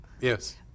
yes